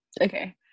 Okay